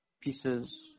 pieces